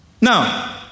Now